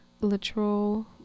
literal